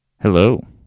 Hello